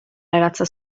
ragazza